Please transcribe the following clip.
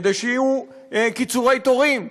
כדי שיהיו קיצורי תורים.